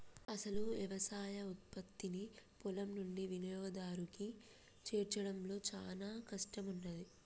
అసలు యవసాయ ఉత్పత్తిని పొలం నుండి వినియోగదారునికి చేర్చడంలో చానా కష్టం ఉన్నాది